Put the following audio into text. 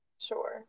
Sure